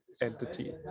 entity